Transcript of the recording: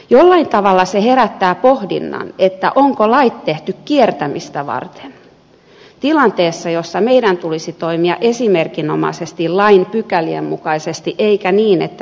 jollain tavalla se herättää pohdinnan onko lait tehty kiertämistä varten tilanteessa jossa meidän tulisi toimia esimerkinomaisesti lain pykälien mukaisesti eikä niin että me kierrämme